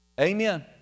Amen